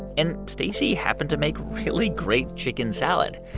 and stacy happened to make really great chicken salad.